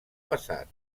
passat